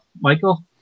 Michael